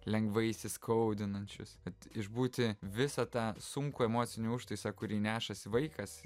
lengvais įsiskaudinančius vat išbūti visą tą sunkų emocinį užtaisą kurį nešasi vaikas